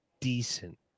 decent